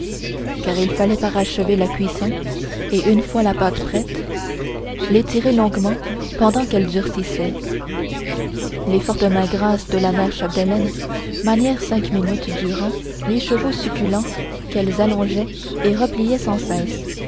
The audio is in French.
car il fallait parachever la cuisson et une fois la pâte prête l'étirer longuement pendant qu'elle durcissait les fortes mains grasses de la mère chapdelaine manièrent cinq minutes durant l'écheveau succulent qu'elles allongeaient et repliaient sans cesse